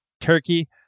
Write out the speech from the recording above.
turkey